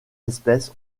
espèces